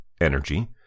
energy